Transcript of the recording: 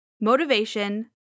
motivation